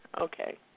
Okay